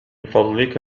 فضلك